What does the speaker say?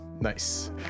Nice